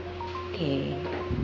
Okay